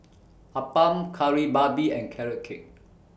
Appam Kari Babi and Carrot Cake